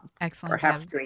Excellent